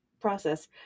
process